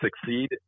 succeed